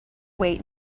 wait